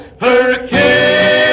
hurricane